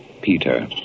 Peter